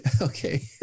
Okay